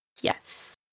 Yes